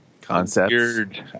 concepts